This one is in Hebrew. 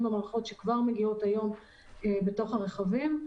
במערכות שכבר מגיעות היום בתוך הרכבים,